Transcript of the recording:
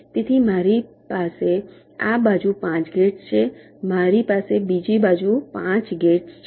તેથી મારી પાસે આ બાજુ 5 ગેટ્સ છે મારી પાસે બીજી બાજુ 5 ગેટ્સ છે